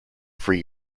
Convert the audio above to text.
free